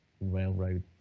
Railroad